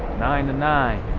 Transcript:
nine and nine!